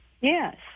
Yes